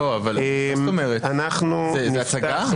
זה הצגה?